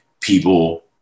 people